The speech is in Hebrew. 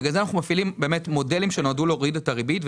בגלל זה אנחנו מפעילים מודלים שנועדו להוריד את הריבית.